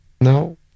No